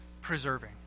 preserving